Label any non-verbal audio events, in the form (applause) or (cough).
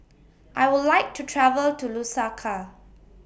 (noise) I Would like to travel to Lusaka